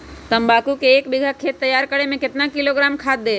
तम्बाकू के एक बीघा खेत तैयार करें मे कितना किलोग्राम खाद दे?